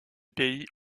pays